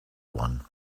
one